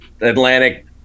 Atlantic